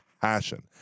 passion